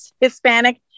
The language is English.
Hispanic